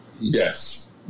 Yes